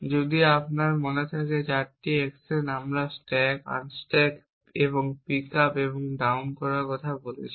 যদি আপনার মনে থাকে 4টি অ্যাকশন আমরা স্ট্যাক আনস্ট্যাক এবং পিক আপ এবং ডাউন করার বিষয়ে কথা বলেছি